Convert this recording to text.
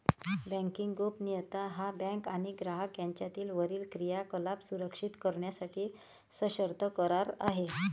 banking गोपनीयता हा bank आणि ग्राहक यांच्यातील वरील क्रियाकलाप सुरक्षित करण्यासाठी सशर्त करार आहे